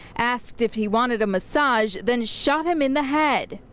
asked if he wanted a massage, then shot him in the head.